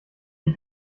die